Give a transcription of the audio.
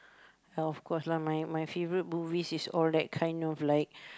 health of course lah my favourite movies is all that kind of like